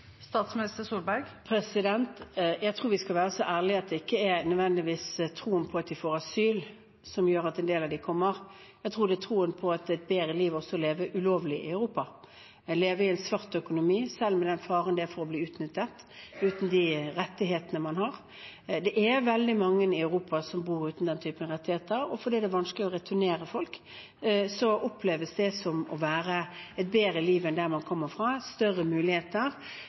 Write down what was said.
Jeg tror vi skal være så ærlige og si at det ikke nødvendigvis er troen på at de får asyl, som gjør at en del av dem kommer; jeg tror det er troen på at det er et bedre liv å leve ulovlig i Europa, leve i en svart økonomi, selv med faren for å bli utnyttet, uten de rettighetene man har. Det er veldig mange i Europa som bor uten den typen rettigheter, og fordi det er vanskelig å returnere folk, oppleves det som å være et bedre liv enn livet der de kommer fra, med større muligheter,